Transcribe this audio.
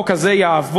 תגיד מה אמר בני.